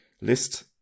list